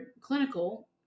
clinical